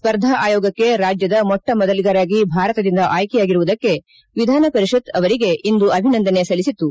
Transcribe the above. ಸ್ಪರ್ಧಾ ಆಯೋಗಕ್ಕೆ ರಾಜ್ಯದ ಮೊಟ್ಟ ಮೊದಲಿಗರಾಗಿ ಭಾರತದಿಂದ ಆಯ್ಕೆಯಾಗಿರುವುದಕ್ಕಾಗಿ ವಿಧಾನ ಪರಿಷತ್ ಅವರಿಗೆ ಇಂದು ಅಭಿನಂದನೆ ಸಲ್ಲಿಸಿತು